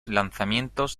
lanzamientos